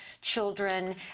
children